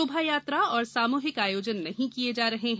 शोभा यात्रा और सामूहिक आयोजन नहीं किये जा रहे हैं